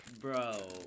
Bro